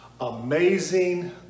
amazing